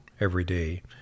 everyday